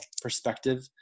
perspective